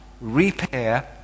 repair